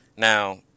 Now